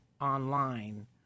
online